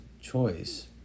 choice